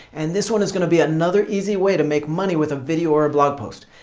and this one is going to be another easy way to make money with a video or blog post.